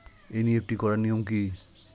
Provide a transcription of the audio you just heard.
NEFT করার নিয়ম কী?